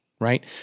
right